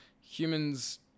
humans